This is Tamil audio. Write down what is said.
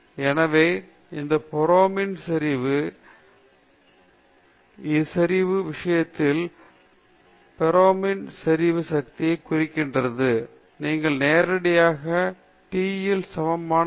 எனவே அந்த பெரோமோன் செறிவு ஒரு ஆரம்ப பெரோமோன் செறிவு கருதி காலப்போக்கில் பெரோமோன் செறிவு இந்த விஷயத்தில் மினோஸ் பெரோமோன் செறிவு சக்தியைக் குறிக்கிறது நீங்கள் நேரடியாக t யில் சமமான நேரத்தில் பெரோமோன் செறிவு மூலம் பிரிக்க வேண்டும் பின்னர் நீங்கள் ஒரு வழிமுறையை உருவாக்க முடியும்